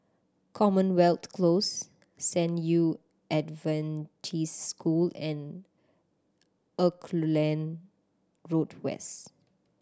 Commonwealth Close San Yu Adventist School and Auckland Road West